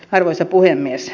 arvoisa puhemies